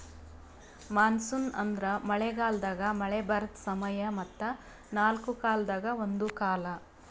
monsoon ಅಂದುರ್ ಮಳೆ ಗಾಲದಾಗ್ ಮಳೆ ಬರದ್ ಸಮಯ ಮತ್ತ ನಾಲ್ಕು ಕಾಲದಾಗ ಒಂದು ಕಾಲ